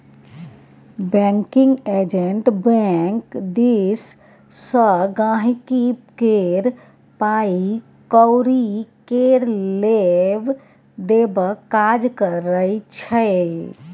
banking agent bank दिस सँ गांहिकी केर पाइ कौरी केर लेब देबक काज करै छै